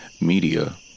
media